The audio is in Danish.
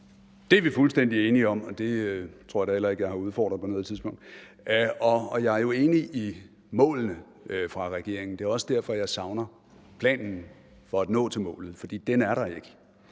Det er vi fuldstændig enige om, og det tror jeg da heller ikke at jeg har udfordret på noget tidspunkt. Jeg er jo enig i målene fra regeringens side, og det er også derfor, jeg savner planen for at nå målene, for den er der ikke.